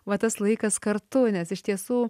va tas laikas kartu nes iš tiesų